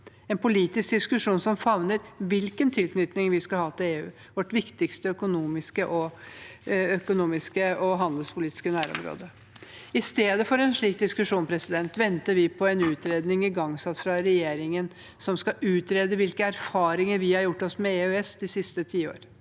en politisk diskusjon som favner hvilken tilknytning vi skal ha til EU – vårt viktigste økonomiske og handelspolitiske nærområde. I stedet for en slik diskusjon venter vi på en utredning igangsatt av regjeringen om hvilke erfaringer vi har gjort oss med EØS de siste ti år,